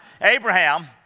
Abraham